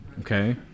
okay